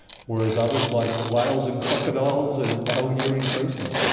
whereas others like whales and crocodiles and algae are increasing.